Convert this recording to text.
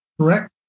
correct